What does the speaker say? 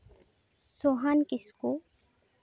ᱥᱳᱦᱟᱱ ᱠᱤᱥᱠᱩ